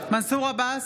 מנסור עבאס,